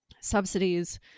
subsidies